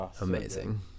Amazing